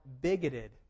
bigoted